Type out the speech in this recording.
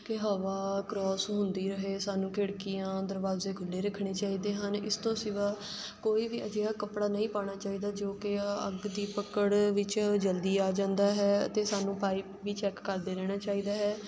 ਕਿ ਹਵਾ ਕਰੋਸ ਹੁੰਦੀ ਰਹੇ ਸਾਨੂੰ ਖਿੜਕੀਆਂ ਦਰਵਾਜ਼ੇ ਖੁੱਲ੍ਹੇ ਰੱਖਣੇ ਚਾਹੀਦੇ ਹਨ ਇਸ ਤੋਂ ਸਿਵਾ ਕੋਈ ਵੀ ਅਜਿਹਾ ਕੱਪੜਾ ਨਹੀਂ ਪਾਉਣਾ ਚਾਹੀਦਾ ਜੋ ਕਿ ਅੱਗ ਦੀ ਪਕੜ ਵਿੱਚ ਜਲਦੀ ਆ ਜਾਂਦਾ ਹੈ ਅਤੇ ਸਾਨੂੰ ਪਾਈਪ ਵੀ ਚੈੱਕ ਕਰਦੇ ਰਹਿਣਾ ਚਾਹੀਦਾ ਹੈ